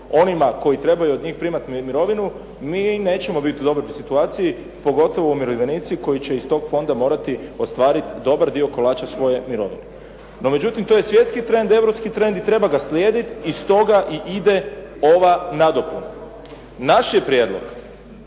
onima koji trebaju od njih primati mirovinu mi nećemo biti u dobroj situaciji pogotovo umirovljenici koji će iz tog fonda morati ostvariti dobar dio kolača svoje mirovine. No međutim, to je svjetski trend, europski trend i treba ga slijediti i stoga i ide ova nadopuna. Naš je prijedlog